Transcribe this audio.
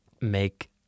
make